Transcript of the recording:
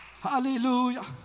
Hallelujah